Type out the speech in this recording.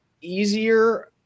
easier